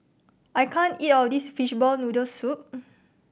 I can't eat all of this fishball noodle soup